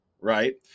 right